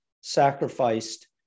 sacrificed